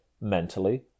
mentally